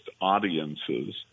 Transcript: audiences